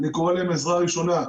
אני קורא להם עזרה ראשונה.